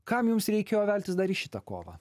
kam jums reikėjo veltis dar į šitą kovą